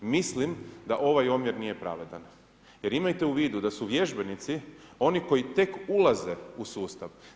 Mislim da ovaj omjer nije pravedan jer imajte u vidu da su vježbenici oni koji tek ulaze u sustav.